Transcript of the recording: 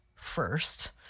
first